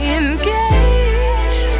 engage